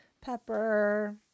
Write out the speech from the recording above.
pepper